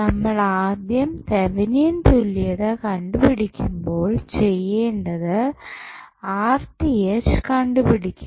നമ്മൾ ആദ്യം തെവനിയൻ തുല്യത കണ്ടു പിടിക്കുമ്പോൾ ചെയ്യേണ്ടത് കണ്ടുപിടിക്കുക